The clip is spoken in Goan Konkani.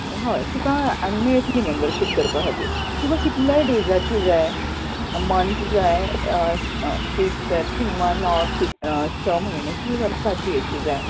होय तुका मेळटली मेंबरशीप करपा खातीर तुका कितल्या डेजाची जाय मंथ जाय फिक्साची मन ओर स म्हयणे की वर्साची अशी जाय